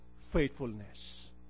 faithfulness